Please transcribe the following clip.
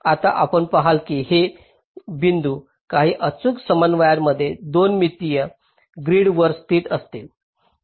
आता आपण पहाल की हे बिंदू काही अचूक समन्वयांमध्ये 2 मितीय ग्रिड वर स्थित असतील